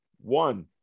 one